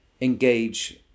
engage